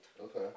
Okay